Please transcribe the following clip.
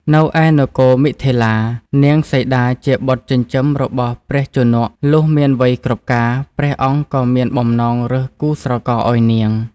នៅឯនគរ មិថិលា នាងសីតាជាបុត្រចិញ្ចឹមរបស់ ព្រះជនក លុះមានវ័យគ្រប់ការ ព្រះអង្គក៏មានបំណងរើសគូស្រករអោយនាង។